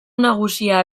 nagusia